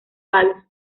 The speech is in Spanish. palos